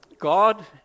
God